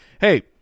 hey